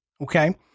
Okay